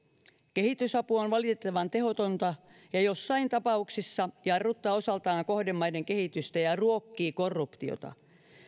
kehitysapu on valitettavan tehotonta ja joissain tapauksissa se jarruttaa osaltaan kohdemaiden kehitystä ja ruokkii korruptiota